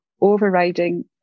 overriding